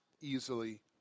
easily